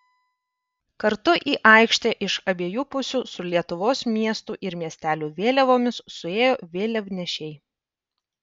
kartu į aikštę iš abiejų pusių su lietuvos miestų ir miestelių vėliavomis suėjo vėliavnešiai